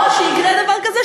או שיקרה דבר כזה,